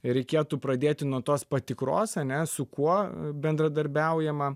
reikėtų pradėti nuo tos patikros ane su kuo bendradarbiaujama